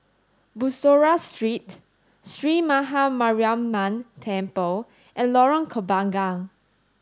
Bussorah Street Sree Maha Mariamman Temple and Lorong Kembagan